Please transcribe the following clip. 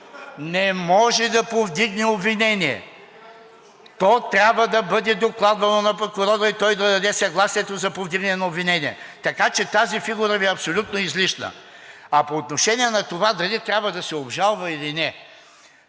Не може да повдигне обвинение. То трябва да бъде докладвано на прокурора и той да даде съгласието за повдигане на обвинение. Така че тази фигура Ви е абсолютно излишна. А по отношение на това дали трябва да се обжалва или не?